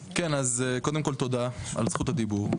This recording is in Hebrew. קודם כל תודה על זכות הדיבור,